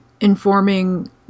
informing